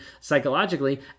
psychologically